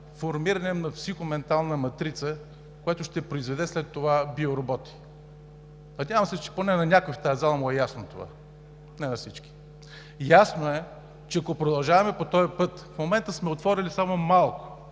формиране на психоментална матрица, която ще произведе след това биороботи. Надявам се, че поне на някой в тази зала му е ясно това, не на всички. Ясно е, че ако продължаваме по този път, в момента сме отворили само малко,